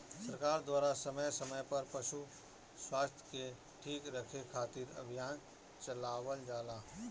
सरकार द्वारा समय समय पर पशु स्वास्थ्य के ठीक रखे खातिर अभियान चलावल जाला